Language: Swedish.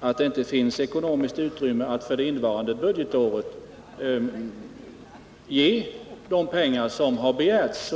att det inte finns ekonomiskt utrymme att för innevarande budgetår ge de pengar som har begärts.